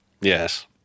Yes